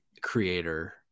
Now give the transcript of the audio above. creator